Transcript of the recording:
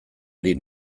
ari